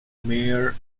mayor